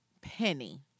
Penny